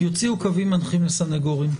יוציאו קווים מנחים לסנגורים.